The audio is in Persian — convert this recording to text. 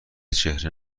چهره